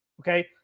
okay